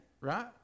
right